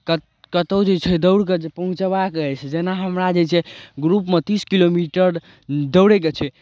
कत् कतहु जे छै दौड़ि कऽ जे पहुँचबाक अछि जेना हमरा जे छै ग्रुपमे तीस किलोमीटर दौड़यके छै